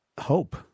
Hope